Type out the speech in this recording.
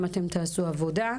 בינתיים, אתם תעשו עבודה,